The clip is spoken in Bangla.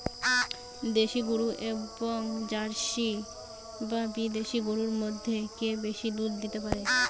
দেশী গরু এবং জার্সি বা বিদেশি গরু মধ্যে কে বেশি দুধ দিতে পারে?